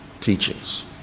teachings